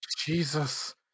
Jesus